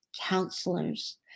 counselors